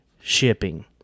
shipping